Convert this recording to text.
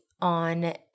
on